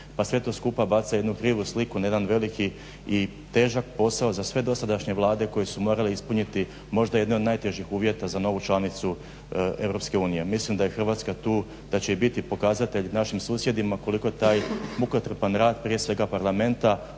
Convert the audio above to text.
pa sve to skupa baca jednu krivu sliku na jedan veliki i težak posao za sve dosadašnje vlade koje su morale ispuniti možda jedan od najtežih uvjeta za novu članicu EU. Mislim da je Hrvatska tu da će biti pokazatelj našim susjedima koliko taj mukotrpan rad prije svega Parlamenta